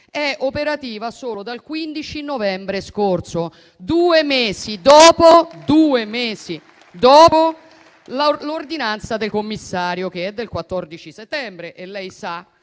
è operativa solo dal 15 novembre scorso: due mesi dopo l'ordinanza del Commissario, che è del 14 settembre.